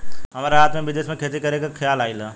हमरा रात में विदेश में खेती करे के खेआल आइल ह